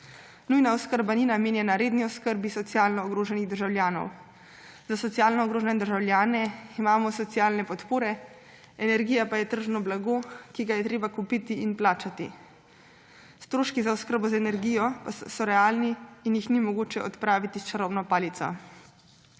Nujna oskrba ni namenjena redni oskrbi socialno ogroženih državljanov. Za socialno ogrožene državljane imamo socialne podpore, energija pa je tržno blago, ki ga je treba kupiti in plačati. Stroški za oskrbo z energijo so realni in jih ni mogoče odpraviti s čarobno palico.